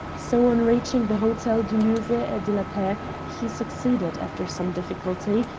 so on reaching the hotel du louvre et de la paix he succeeded, after some difficulty,